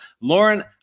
Lauren